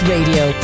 Radio